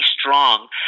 strong